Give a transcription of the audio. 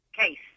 case